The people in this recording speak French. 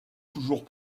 toujours